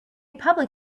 public